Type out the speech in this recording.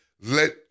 let